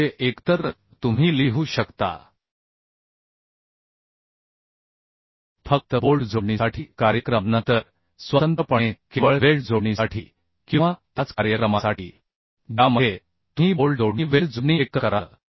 म्हणजे एकतर तुम्ही लिहू शकता फक्त बोल्ट जोडणीसाठी कार्यक्रम नंतर स्वतंत्रपणे केवळ वेल्ड जोडणीसाठी किंवा त्याच कार्यक्रमासाठी ज्यामध्ये तुम्ही बोल्ट जोडणी वेल्ड जोडणी एकत्र कराल